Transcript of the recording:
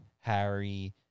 Harry